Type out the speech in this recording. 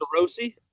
Sarosi